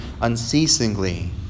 unceasingly